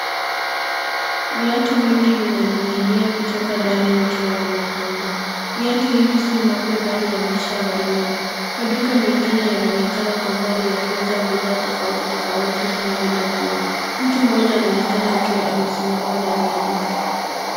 Viatu vingi vinaning'inia kutoka ndani vikiwa vimepangwa. Viatu hivi si mapya bali yameshavaliwa. Maduka mengine yanaonekana kwa mbali yakiuza bidhaa tofauti tofauti kama vile nguo. Mtu mmoja anaonekana akiwa amesimama ndani ya duka.